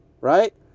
right